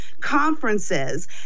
conferences